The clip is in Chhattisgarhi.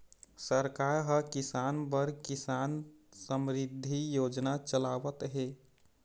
सरकार ह किसान बर किसान समरिद्धि योजना चलावत हे